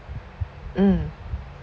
mm